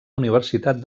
universitat